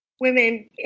women